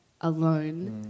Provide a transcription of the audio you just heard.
alone